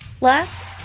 Last